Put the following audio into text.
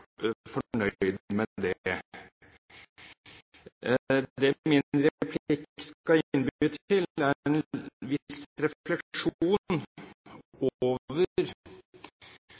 fornøyd med det. Det min replikk skal innby til, er en viss refleksjon